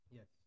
Yes